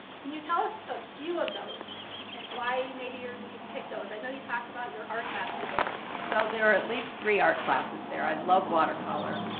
can you tell us a few of those and why, maybe you've picked those. i know you talked about your art classes. yeah. so there are at least three art classes there. i love watercolor,